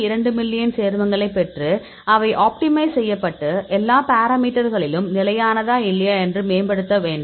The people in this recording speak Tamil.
2 மில்லியன் சேர்மங்களைப் பெற்று அவை ஆப்டிமைஸ் செய்யப்பட்டு எல்லா பாராமீட்டர்களிலும் நிலையானதா இல்லையா என்று மேம்படுத்த வேண்டும்